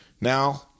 Now